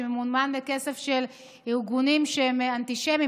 שממומן בכסף של ארגונים שהם אנטישמיים.